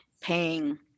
paying